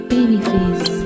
Babyface